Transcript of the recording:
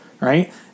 Right